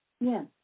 Yes